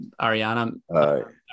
ariana